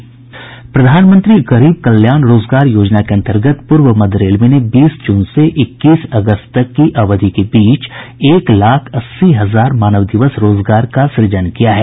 प्रधानमंत्री गरीब कल्याण रोजगार योजना के अन्तर्गत प्रर्व मध्य रेलवे ने बीस जून से इक्कीस अगस्त तक की अवधि के बीच एक लाख अस्सी हजार मानव दिवस रोजगार का सुजन किया है